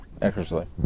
Eckersley